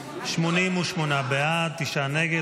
88 בעד, תשעה נגד.